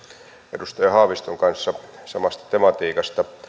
edustaja haaviston kanssa samasta tematiikasta